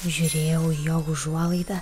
žiūrėjau į jo užuolaidą